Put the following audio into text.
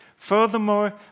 Furthermore